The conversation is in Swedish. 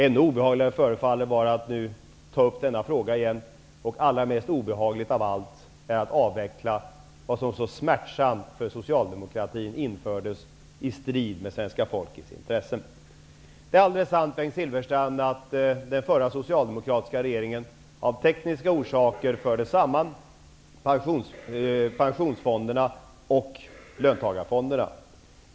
Ännu obehagligare förefaller det nu att vara att ta upp denna fråga igen, och allra mest obehagligt är att avveckla vad som så smärtsamt för Socialdemokraterna infördes i strid i svenska folkets intressen. Det är alldeles sant, Bengt Silfverstrand, att den socialdemokratiska regeringen av tekniska orsaker förde samman pensionsfonderna och löntagarfonderna.